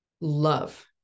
love